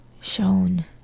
shown